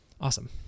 awesome